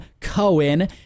Cohen